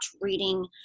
reading